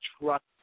Trust